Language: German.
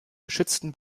geschützten